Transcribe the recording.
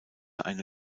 eine